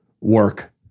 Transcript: work